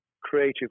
creative